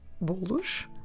BOLOS